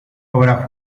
obra